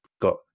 got